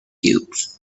cubes